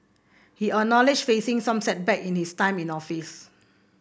he acknowledged facing some setback in his time in office